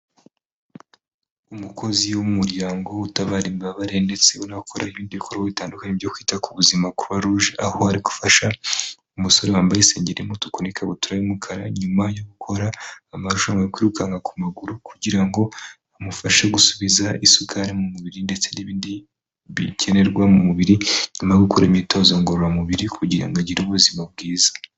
Umukozi w'umuryango utabara imbabare ndetse unakora ibindikorwa bitandukanye byo kwita ku buzima kuruwaruje aho ari gufasha umusore wambaye isengeri y'umutuku n'ikabutura y'umukara nyuma yo gukora amarushanwa yo kwirukanka ku maguru kugira ngo amufashe gusubiza isukari mu mubiri ndetse n'ibindi bikenerwa mu mubiri nyuma yo gukora imyitozo ngororamubiri kugira ngo agire ubuzima bwiza.